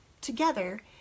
together